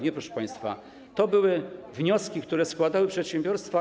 Nie, proszę państwa, to były wnioski, które składały przedsiębiorstwa.